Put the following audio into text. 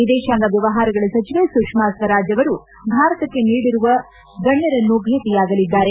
ವಿದೇಶಾಂಗ ವ್ಯವಹಾರಗಳ ಸಚಿವೆ ಸುಷ್ಮಾ ಸ್ವರಾಜ್ ಅವರು ಭಾರತಕ್ಕೆ ಭೇಟಿ ನೀಡಿರುವ ಗಣ್ಯರನ್ನು ಭೇಟಿಯಾಗಲಿದ್ದಾರೆ